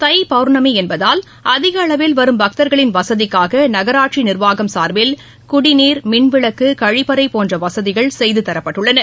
தை பௌர்ணமி என்பதால் அதிகளவில் வரும் பக்தர்களின் வசதிக்காக நகராட்சி நிர்வாகம் சார்பில் குடிநீர் மின்விளக்கு கழிப்பறை போன்ற வசதிகள் செய்து தரப்பட்டுள்ளன